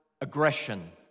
aggression